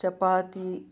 chapati